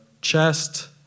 chest